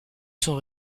sont